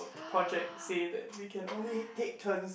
right